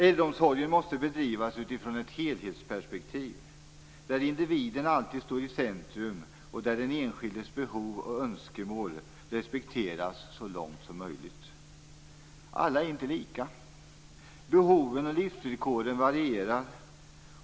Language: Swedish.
Äldreomsorgen måste bedrivas utifrån ett helhetsperspektiv, där individen alltid står i centrum, och där den enskildes behov och önskemål respekteras så långt som möjligt. Alla är inte lika. Behoven och livsvillkoren varierar.